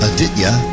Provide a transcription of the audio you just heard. Aditya